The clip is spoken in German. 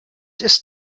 ist